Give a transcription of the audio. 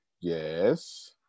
Yes